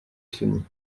sony